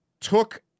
took